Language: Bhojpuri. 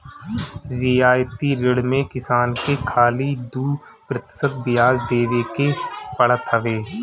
रियायती ऋण में किसान के खाली दू प्रतिशत बियाज देवे के पड़त हवे